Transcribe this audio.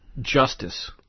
justice